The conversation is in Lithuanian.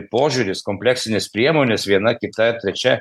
požiūris kompleksinės priemonės viena kita trečia